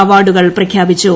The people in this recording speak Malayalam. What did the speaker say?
അവാർഡുകൾ പ്രഖ്യാപിച്ചു